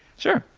sure,